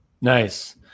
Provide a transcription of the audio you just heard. Nice